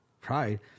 pride